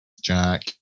Jack